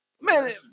Man